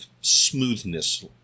smoothness